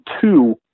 two